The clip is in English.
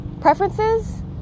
Preferences